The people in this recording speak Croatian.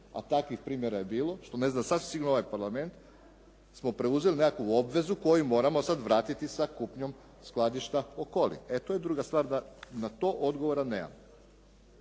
a takvih primjera je bilo, što ne zna sasvim sigurno ovaj Parlament, smo preuzeli neku obvezu koju moramo sad vratiti sa kupnjom skladišta Okoli. E to je druga stvar da na to odgovora nema,